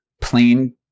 plain